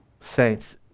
saints